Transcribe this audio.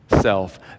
self